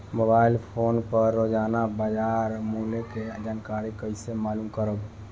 Mobile phone पर रोजाना बाजार मूल्य के जानकारी कइसे मालूम करब?